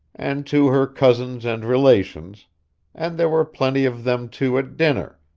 and to her cousins and relations and there were plenty of them too at dinner,